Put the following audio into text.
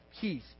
peace